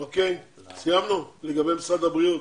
אוקיי, לגבי משרד הבריאות,